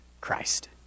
Christ